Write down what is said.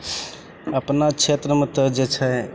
अपना क्षेत्रमे तऽ जे छै